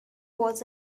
was